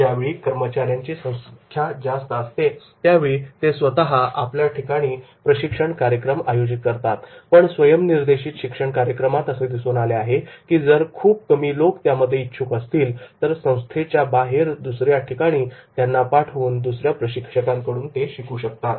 ज्यावेळी कर्मचाऱ्यांची संख्या जास्त असते त्यावेळी ते स्वतः आपल्या ठिकाणी प्रशिक्षण कार्यक्रम आयोजित करतात पण स्वयम् निर्देशीत शिक्षण कार्यक्रमात असे दिसून आले आहे की जर खूप कमी लोक त्यामध्ये इच्छुक असतील तर संस्थेच्या बाहेर दुसऱ्या ठिकाणी त्यांना पाठवून दुसऱ्या प्रशिक्षकांकडून ते शिकू शकतात